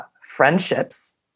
friendships